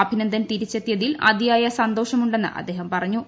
അഭിനന്ദൻ തിരിച്ചെത്തിയതിൽ അതിയായ സന്തോഷമുണ്ടെന്ന് അദ്ദേഹം പറഞ്ഞു